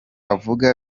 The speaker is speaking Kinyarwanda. avuga